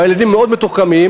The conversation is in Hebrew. והילדים מאוד מתוחכמים.